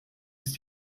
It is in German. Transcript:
ist